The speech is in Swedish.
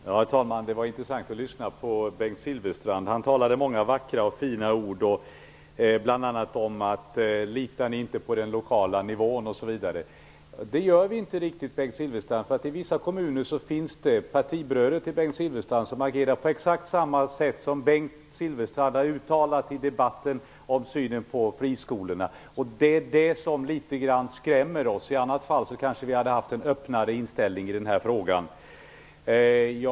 Herr talman! Det var intressant att lyssna på Bengt Silfverstrand. Han sade många vackra och fina ord. Han frågade bl.a. om vi inte litar på den lokala nivån. Det gör vi inte riktigt, Bengt Silfverstrand. I vissa kommuner finns det partibröder till Bengt Silfverstrand som agerar på exakt det sätt som han har uttalat i debatten om synen på friskolorna. Det är det som skrämmer oss litet grand. I annat fall hade vi kanske haft en öppnare inställning i denna fråga.